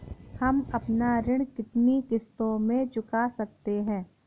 हम अपना ऋण कितनी किश्तों में चुका सकते हैं?